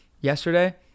yesterday